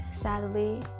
sadly